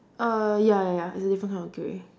uh ya ya ya it's a different kind of grey